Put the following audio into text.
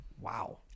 Wow